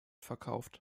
verkauft